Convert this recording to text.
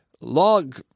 log